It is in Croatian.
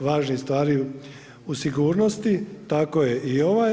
važnih stvari u sigurnosti, tako je i ovaj.